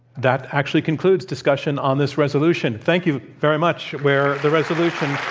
that actually concludes discussion on this resolution. thank you very much where the resolution